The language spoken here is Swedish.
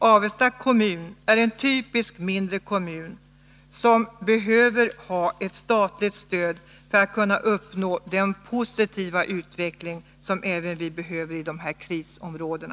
Avesta kommun är en typisk mindre kommun som behöver ha ett statligt stöd för att kunna uppnå den positiva utveckling som är nödvändig även i de här krisområdena.